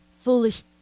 foolish